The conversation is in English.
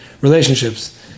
relationships